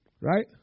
Right